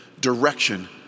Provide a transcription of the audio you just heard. direction